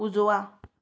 उजवा